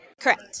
Correct